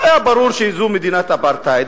היה ברור שזו מדינת אפרטהייד,